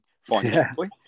Financially